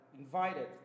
invited